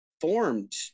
formed